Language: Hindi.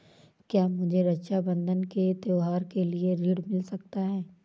क्या मुझे रक्षाबंधन के त्योहार के लिए ऋण मिल सकता है?